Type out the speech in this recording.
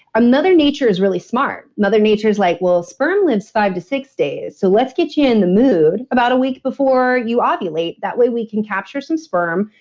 another nature is really smart. mother nature's like, well sperm lives five to six days. so let's get you in the mood about a week before you ovulate. that way we can capture some sperm,